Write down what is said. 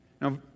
Now